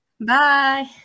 Bye